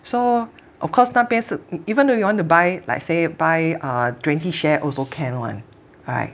so of course 那边是 even though you want to buy like say buy twenty share also can [one] I